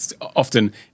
often